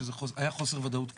שזה היה חוסר ודאות קריטי.